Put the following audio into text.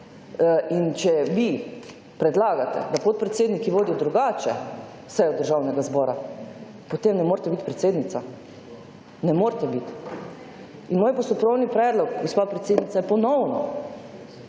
In če vi predlagate, da podpredsedniki vodijo drugače sejo Državnega zbora, potem ne morete biti predsednica. Ne morete biti. In moj postopkovni predlog, gospa predsednica, je ponovno,